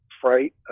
fright